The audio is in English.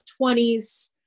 20s